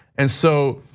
and so,